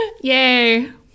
Yay